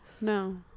no